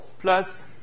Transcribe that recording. plus